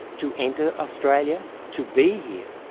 to enter australia, to be here,